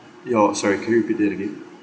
your sorry can you repeat it again